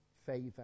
favor